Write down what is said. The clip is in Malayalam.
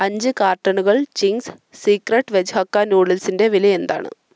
അഞ്ച് കാർട്ടണുകൾ ചിംഗ്സ് സീക്രട്ട് വെജ് ഹക്ക നൂഡിൽസിന്റെ വില എന്താണ്